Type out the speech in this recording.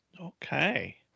Okay